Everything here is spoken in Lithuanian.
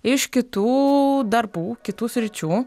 iš kitų darbų kitų sričių